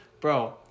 Bro